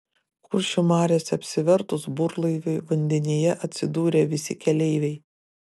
kuršių mariose apsivertus burlaiviui vandenyje atsidūrė visi keleiviai